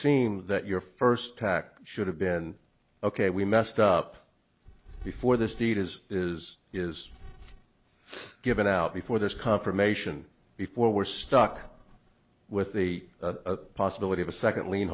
seem that your first tack should have been ok we messed up before this deed is is is given out before this confirmation before we're stuck with the possibility of a second l